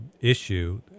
issue